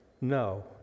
no